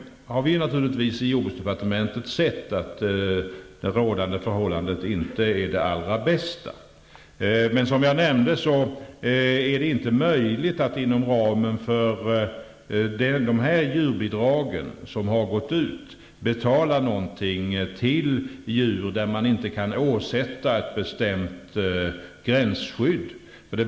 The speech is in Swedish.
Vi har i jordbruksdepartementet sett att det rådande förhållandet inte är det allra bästa. Som jag nämnde är det inte möjligt att inom ramen för de djurbidrag som har gått ut betala någonting för djur som inte kan åsättas ett bestämt gränsskydd.